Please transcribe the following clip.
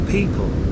People